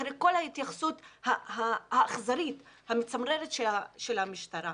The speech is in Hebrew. אחרי כל ההתייחסות האכזרית והמצמררת של המשטרה.